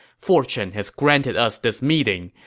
fortune has granted us this meeting,